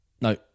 no